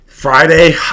Friday